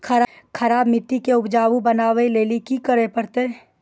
खराब मिट्टी के उपजाऊ बनावे लेली की करे परतै?